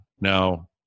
Now